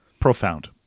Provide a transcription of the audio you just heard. Profound